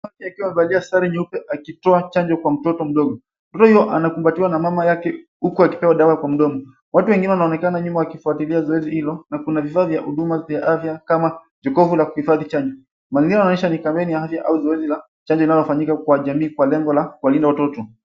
Mtu akiwa amevalia sare nyeupe akitoa chanjo kwa mtoto mdogo. Mtoto huyo anakumbatiwa na mama yake huku akipewa dawa kwa mdomo. Watu wengine wanaonekana nyuma wakifuatilia zoezi hilo na kuna vifaa vya huduma za afya kama jokofu la kuhifadhi chanjo. Mazingira yanaonyesha ni kampeni ya afya au zoezi chanjo inayofanyika mwa jamii kwa lengo la kuwalinda watoto.